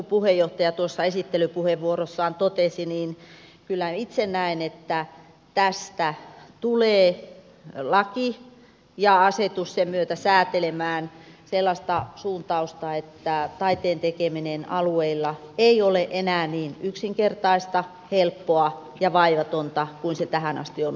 toisin kuin puheenjohtaja esittelypuheenvuorossaan totesi kyllä itse näen että tästä tulee laki ja asetus sen myötä säätelemään sellaista suuntausta että taiteen tekeminen alueilla ei ole enää niin yksinkertaista helppoa ja vaivatonta kuin se tähän asti on ollut